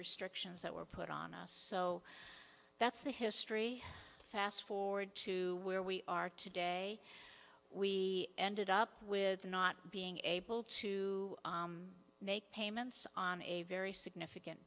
restrictions that were put on us so that's the history fast forward to where we are today we ended up with not being able to make payments on a very significant